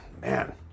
man